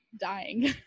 dying